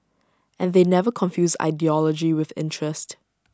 and they never confused ideology with interest